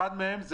אחד מהם,